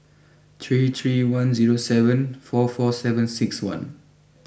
three three one zero seven four four seven six one